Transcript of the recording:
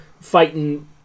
fighting